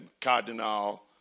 cardinal